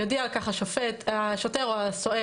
יודיע על כך השוטר או הסוהר,